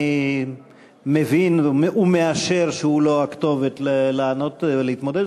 אני מבין ומאשר שהוא לא הכתובת לענות ולהתמודד.